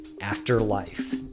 Afterlife